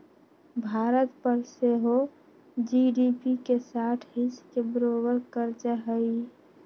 भारत पर सेहो जी.डी.पी के साठ हिस् के बरोबर कर्जा हइ